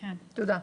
תודה.